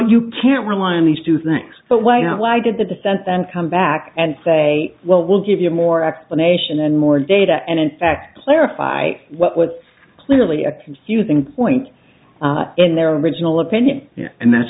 you can't rely on these two things but why why did the defense then come back and say well we'll give you more explanation and more data and in fact clarify what was clearly a confusing point in their original opinion and that's